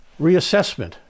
reassessment